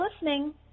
listening